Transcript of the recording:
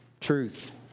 truth